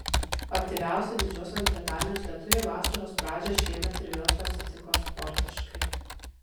aktyviausi didžiosios britanijos lietuviai vasaros pradžią šiemet ir vėl pasitiko sportiškai